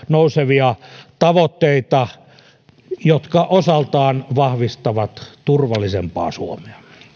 nousevia tavoitteita jotka osaltaan vahvistavat turvallisempaa suomea